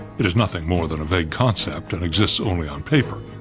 it is nothing more than a vague concept and exists only on paper.